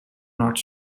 not